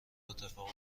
اتفاق